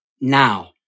Now